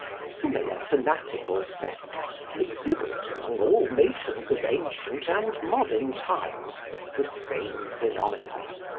similar fanatical sects exhibit among all nations of ancient and modern times the same phenomena.